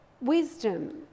Wisdom